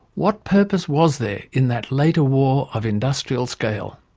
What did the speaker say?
what purpose was there in that later war of industrial scale?